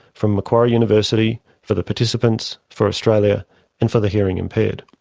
from macquarie university, for the participants, for australia and for the hearing impaired.